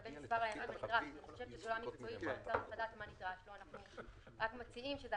לגבי מספר הימים --- מקצועית --- אנחנו רק מציעים שזה